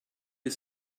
you